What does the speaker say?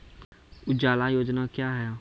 उजाला योजना क्या हैं?